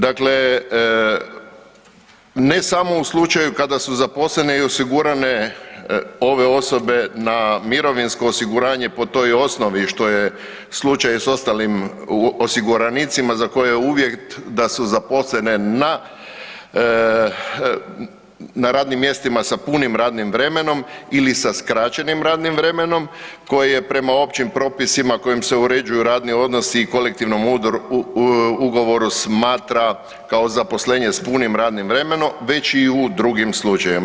Dakle, ne samo u slučaju kada su zaposlene i osigurane ove osobe na mirovinsko osiguranje po toj osnovi što je slučaj s ostalim osiguranicima za koje je uvjet da su zaposlene na radnim mjestima sa punim radnim vremenom, ili sa skraćenim radnim vremenom koje prema općim propisima kojima se uređuje radni odnosi i kolektivnim ugovorom smatra kao zaposlene s punim radnim vremenom, već i u drugim slučajevima.